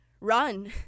run